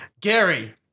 Gary